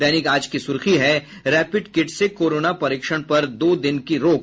दैनिक आज की सुर्खी है रैपिड किट से कोरोना परीक्षण पर दो दिन की रोक